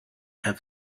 have